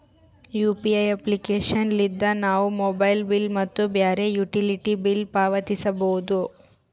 UPI application ಲಿದ್ದ ನಾವು mobile bill ಮತ್ತು ಬ್ಯಾರೆ ಯುಟಿಲಿಟಿ ಬಿಲ್ ಪಾವತಿಸಬೋದು